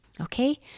Okay